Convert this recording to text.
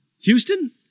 Houston